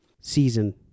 season